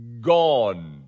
Gone